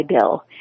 Bill